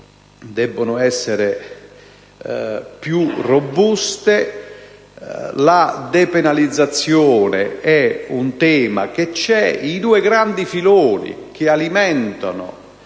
devono essere più robuste; la depenalizzazione è un altro tema in campo. I due grandi filoni che alimentano